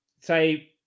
say